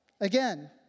Again